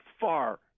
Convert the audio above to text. far